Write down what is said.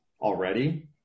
already